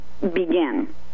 begin